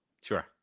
Sure